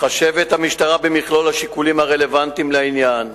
מתחשבת במכלול השיקולים הרלוונטיים לעניין.